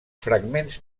fragments